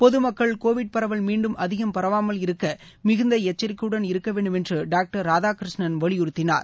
பொதமக்கள் கோவிட் பரவல் மீண்டும் அதிகம் பரவாமல் இருக்க மிகுந்த எச்சரிக்கையுடன் இருக்க வேண்டும் என்று டாக்டர் ராதாகிருஷ்ணன் வலியுறுத்தினார்